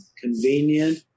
convenient